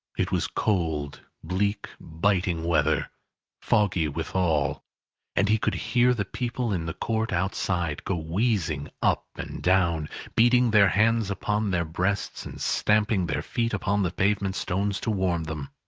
it was cold, bleak, biting weather foggy withal and he could hear the people in the court outside, go wheezing up and down, beating their hands upon their breasts, and stamping their feet upon the pavement stones to warm them.